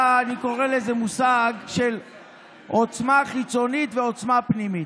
אני קורא לזה "עוצמה חיצונית" ו"עוצמה פנימית".